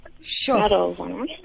sure